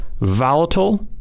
volatile